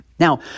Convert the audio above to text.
Now